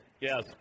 yes